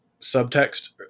subtext